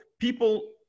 People